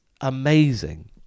amazing